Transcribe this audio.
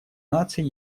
наций